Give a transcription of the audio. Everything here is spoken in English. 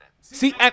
see